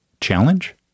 challenge